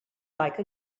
like